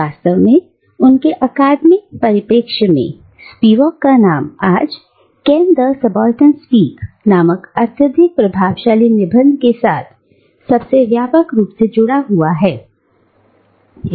वास्तव में उनके अकादमी परिपेक्ष में स्पिवक का नाम आज कैन द सबाल्टर्न स्पीक नामक अत्यधिक प्रभावशाली निबंध के साथ सबसे व्यापक रूप से जुड़ा हुआ है